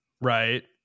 right